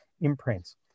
imprints